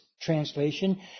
translation